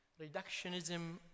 Reductionism